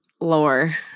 lore